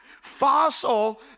fossil